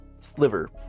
Sliver